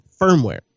firmware